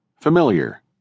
Familiar